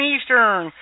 Eastern